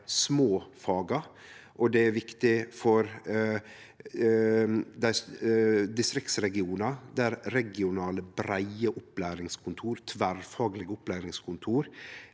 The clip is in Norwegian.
for dei små faga, og det er viktig for distriktsregionar der regionale, breie opplæringskontor, tverrfaglege opplæringskontor,